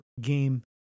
game